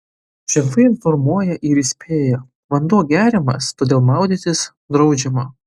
ženklai informuoja ir įspėja vanduo geriamas todėl maudytis draudžiama